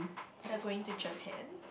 they are going to Japan